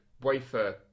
wafer